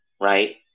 right